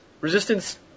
Resistance